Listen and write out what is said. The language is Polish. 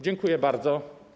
Dziękuję bardzo.